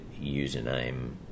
username